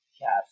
Yes